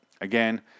Again